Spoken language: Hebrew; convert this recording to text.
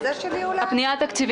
פייק.